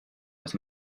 with